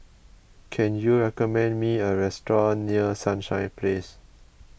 can you recommend me a restaurant near Sunshine Place